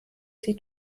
sie